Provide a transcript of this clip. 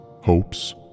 hopes